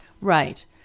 Right